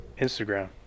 Instagram